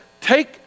take